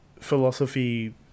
philosophy